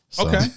Okay